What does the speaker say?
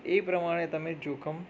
તો એ પ્રમાણે તમે જોખમ